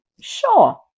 Sure